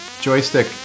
joystick